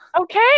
okay